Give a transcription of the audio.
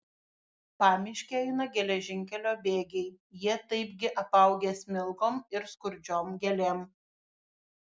pamiške eina geležinkelio bėgiai jie taipgi apaugę smilgom ir skurdžiom gėlėm